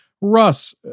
Russ